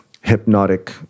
hypnotic